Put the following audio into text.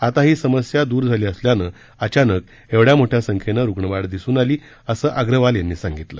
आता ही समस्या द्र करण्यात आली असल्यानं अचानक एवढ्या मोठ्या संख्येने रुग्णवाढ दिसून आली असं अग्रवाल यांनी सांगितलं